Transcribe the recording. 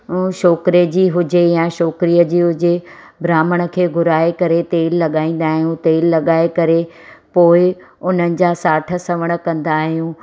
ऐं छोकिरे जी हुजे या छोकिरी जी हुजे ब्राह्मण खे घुराए करे तेलु लॻाईंदा आहियूं तेलु लॻाए करे पोइ उन्हनि जा साठु सवण कंदा आहियूं